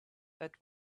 that